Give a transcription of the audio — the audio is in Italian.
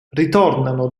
ritornano